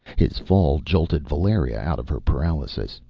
his fall jolted valeria out of her paralysis.